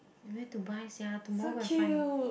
where to buy sia tomorrow go and find